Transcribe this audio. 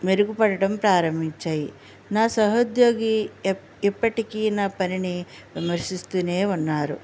మెరుగుపడటం ప్రారంభించాయి నా సహోద్యోగి ఎప్ప ఎప్పటికీ నా పనిని విమర్శిస్తూనే ఉన్నారు